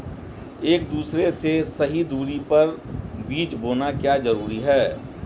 एक दूसरे से सही दूरी पर बीज बोना क्यों जरूरी है?